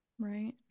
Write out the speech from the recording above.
Right